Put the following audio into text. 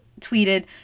tweeted